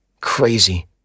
Crazy